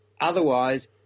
Otherwise